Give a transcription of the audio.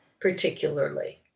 particularly